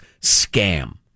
scam